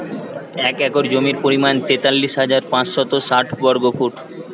এক একর জমির পরিমাণ তেতাল্লিশ হাজার পাঁচশত ষাট বর্গফুট